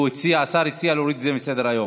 השר הציע להוריד את זה מסדר-היום.